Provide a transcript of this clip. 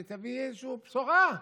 ותביא איזושהי בשורה.